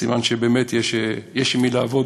סימן שבאמת יש עם מי לעבוד,